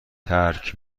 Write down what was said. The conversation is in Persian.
ترک